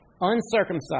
uncircumcised